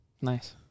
Nice